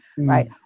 Right